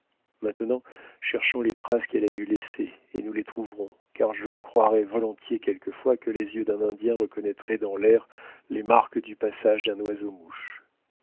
maintenant cherchons les traces qu'elle a dû laisser et nous les trouverons car je croirais volontiers quelquefois que les yeux d'un indien reconnaîtraient dans l'air les marques du passage d'un oiseaumouche